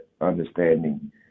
understanding